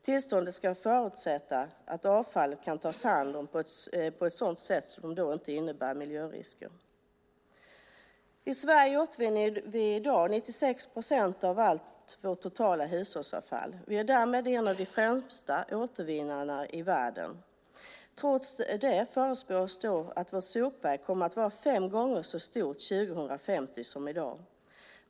Tillståndet ska förutsätta att avfallet kan tas om hand på ett sätt som inte innebär miljörisker. I Sverige återvinner vi i dag 96 procent av allt vårt totala hushållsavfall. Vi är därmed en av de främsta återvinnarna i världen. Trots det förutspås att vårt sopberg 2050 kommer att vara fem gånger större än i dag.